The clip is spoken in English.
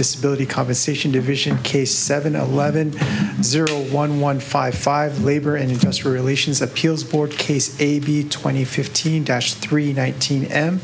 disability compensation division case seven eleven zero one one five five labor and interest relations appeals for case a b twenty fifteen dash three nineteen m